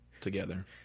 together